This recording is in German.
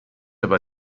aber